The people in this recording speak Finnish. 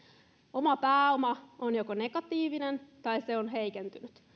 oma pääomansa on joko negatiivinen tai se on heikentynyt